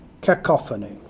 Cacophony